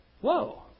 Whoa